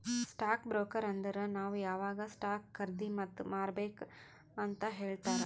stock broker ಅಂದುರ್ ನಾವ್ ಯಾವಾಗ್ ಸ್ಟಾಕ್ ಖರ್ದಿ ಮತ್ ಮಾರ್ಬೇಕ್ ಅಂತ್ ಹೇಳ್ತಾರ